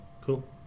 Cool